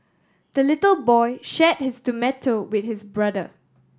the little boy shared his tomato with his brother